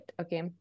okay